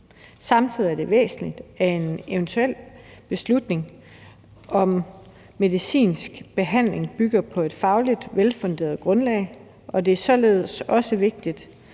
Samtidig er det væsentligt, at en eventuel beslutning om medicinsk behandling bygger på et fagligt velfunderet grundlag. Det er således vigtigt,